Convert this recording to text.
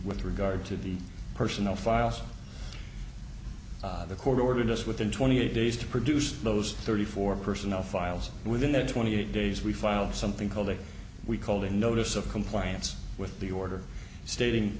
with regard to the personnel files the court order just within twenty eight days to produce those thirty four personnel files within a twenty eight days we filed something called a we called a notice of compliance with the order stating